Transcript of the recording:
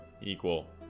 equal